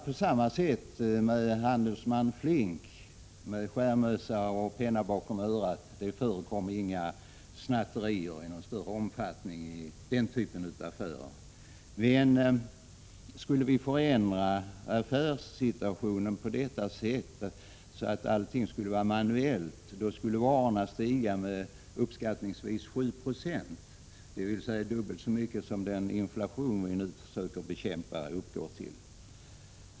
På samma sätt är det med handelsmannen Flink med en skärmmössa och penna bakom örat. Det förekommer inga snatterier i någon större omfattning i den typen av affärer. Skulle vi förändra affärssituationen så att allt skulle bli manuellt skulle priserna stiga med uppskattningsvis 7 70, dvs. dubbelt så mycket som målet för inflationen.